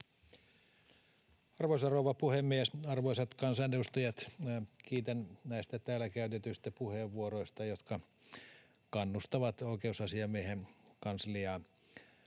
Arvoisa rouva puhemies! Arvoisat kansanedustajat! Kiitän näistä täällä käytetyistä puheenvuoroista, jotka kannustavat Oikeusasiamiehen kansliaa